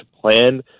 plan